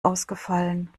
ausgefallen